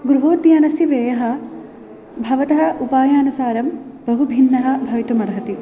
गृहोद्यानस्य व्ययः भवतः उपायानुसारं बहुभिन्नः भवितुमर्हति